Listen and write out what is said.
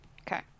Okay